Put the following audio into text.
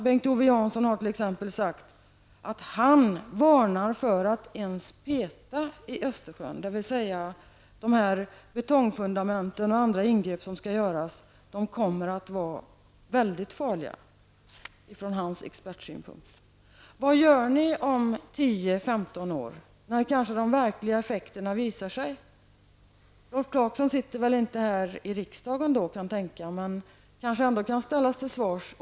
Bengt Owe Jansson har t.ex. sagt att han varnar för att ens peta i Östersjön, dvs. betongfundament och andra ingrepp som skall göras framstår från hans expertsynpunkt som väldigt farliga. Vad gör ni om 10-15 år, när kanske de verkliga effekterna visar sig? Rolf Clarkson sitter väl inte här i riksdagen då, kantänka, men han kanske ändå kan ställas till svars.